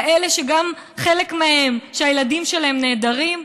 כאלה שגם חלק מהם הילדים שלהם נעדרים,